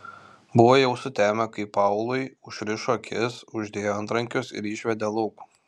buvo jau sutemę kai paului užrišo akis uždėjo antrankius ir išvedė lauk